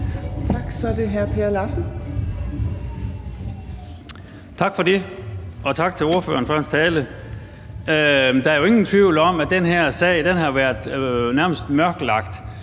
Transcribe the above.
Larsen. Kl. 15:27 Per Larsen (KF): Tak for det, og tak til ordføreren for hans tale. Der er jo ingen tvivl om, at den her sag har været nærmest mørklagt.